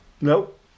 nope